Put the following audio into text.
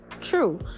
true